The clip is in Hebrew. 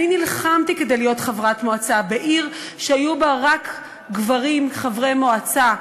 אני נלחמתי כדי להיות חברת מועצה בעיר שהיו בה רק גברים חברי מועצה.